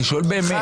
אני שואל באמת.